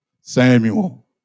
Samuel